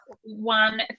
one